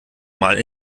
mal